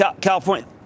California